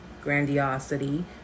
grandiosity